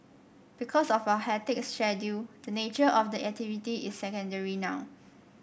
because of our hectic schedule the nature of the activity is secondary now